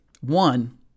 One